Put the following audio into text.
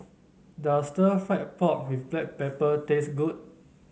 does stir fry pork with Black Pepper taste good